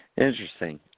Interesting